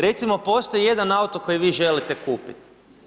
Recimo postoji jedan auto koji vi želite kupiti.